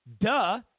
duh